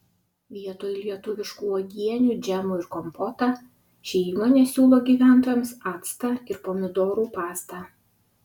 vietoj lietuviškų uogienių džemų ir kompotą ši įmonė siūlo gyventojams actą ir pomidorų pastą